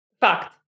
Fact